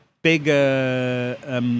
Bigger